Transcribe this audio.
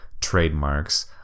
trademarks